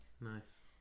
Nice